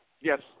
Yes